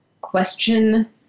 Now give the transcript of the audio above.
question